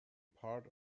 part